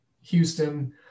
Houston